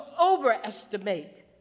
overestimate